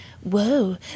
whoa